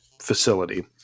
facility